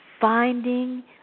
finding